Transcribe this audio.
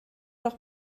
doch